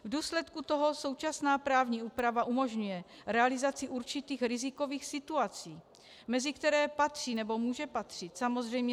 V důsledku toho současná právní úprava umožňuje realizaci určitých rizikových situací, mezi které patří, nebo může patřit samozřejmě